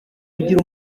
kugira